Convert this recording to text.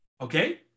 Okay